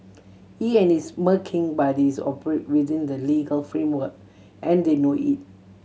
he and his smirking buddies operate within the legal framework and they know it